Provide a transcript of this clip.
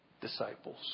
disciples